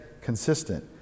consistent